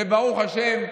וברוך השם,